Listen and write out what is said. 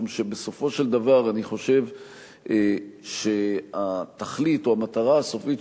משום שבסופו של דבר אני חושב שהתכלית או המטרה הסופית